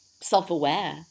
self-aware